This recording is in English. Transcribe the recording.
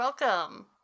Welcome